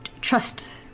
trust